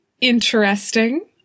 interesting